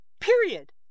period